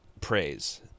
praise